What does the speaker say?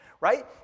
right